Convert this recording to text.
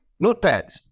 notepads